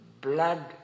blood